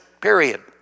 period